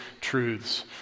truths